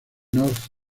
north